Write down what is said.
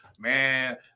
man